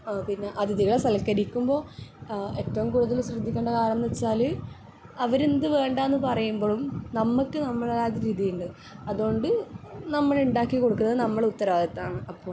പിന്നെ അതിഥികളെ സൽക്കരിക്കുമ്പോൾ ഏറ്റവും കൂടുതല് ശ്രദ്ധികേണ്ട കാര്യം എന്ന് വെച്ചാല് അവരെന്ത് വേണ്ടാന്ന് പറയുമ്പഴും നമ്മുക്ക് നമ്മുടെതായ രീതി ഉണ്ട് അതോണ്ട് നമ്മൾ ഉണ്ടാക്കി കൊടുക്കുന്ന നമ്മടെ ഉത്തരവാദിത്താമാണ് അപ്പോൾ